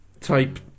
type